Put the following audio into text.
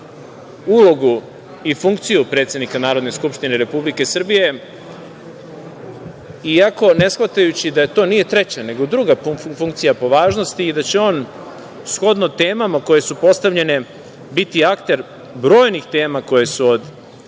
ulogu i funkciju predsednika Narodne skupštine Republike Srbije, iako ne shvatajući da to nije treća, nego druga funkcija po važnosti i da će on shodno temama koje su postavljene biti akter brojnih tema koje su od